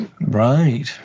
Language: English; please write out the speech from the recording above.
Right